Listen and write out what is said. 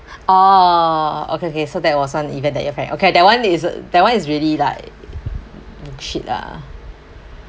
orh okay okay so that was on even that your parent okay that one is that one is really like shit lah